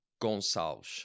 Gonçalves